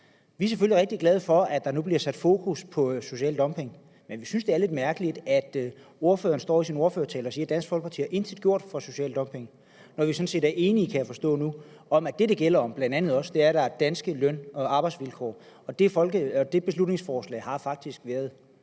Vi er selvfølgelig rigtig glade for, at der nu bliver sat fokus på social dumping, men vi synes, det er lidt mærkeligt, at ordføreren står og siger i sin ordførertale, at Dansk Folkeparti intet har gjort mod social dumping, når vi sådan set er enige – kan jeg forstå nu – om, at det, det gælder om, bl.a. er, at der er danske løn- og arbejdsvilkår. Og det beslutningsforslag er faktisk blevet